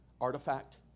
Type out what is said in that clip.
artifact